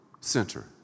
center